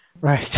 Right